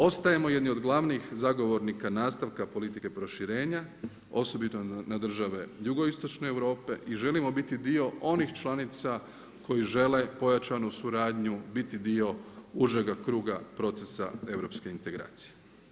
Ostajemo jedni od glavnih zagovornika nastavka politike proširenja, osobito na države jugoistočne Europe i želimo biti dio onih članica koji žele pojačanu suradnju biti dio užega kruga procesa europske integracije.